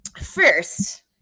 first